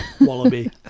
wallaby